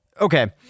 Okay